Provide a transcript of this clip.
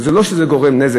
וזה לא שזה גורם נזק,